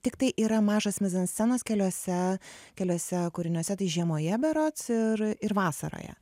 tiktai yra mažas mizanscenos keliose keliose kūriniuose tai žiemoje berods ir ir vasaroje